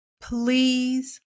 please